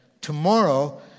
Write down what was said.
tomorrow